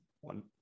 one